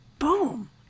Boom